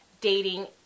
dating